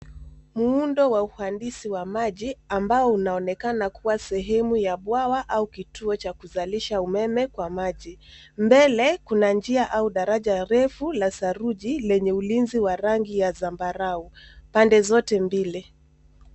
Muundo wa uhalisi wa maji ambao unaonekana kuwa sehemu ya bwawa au kituo cha kuzalisha umeme kwa maji. Mbele kuna njia au daraja refu la saruji lenye ulinzi wa rangi ya zambarau pande zote mbili.